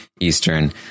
Eastern